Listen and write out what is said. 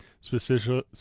specifically